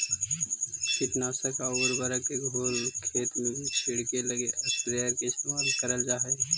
कीटनाशक आउ उर्वरक के घोल खेत में छिड़ऽके लगी स्प्रेयर के इस्तेमाल करल जा हई